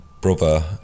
brother